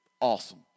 awesome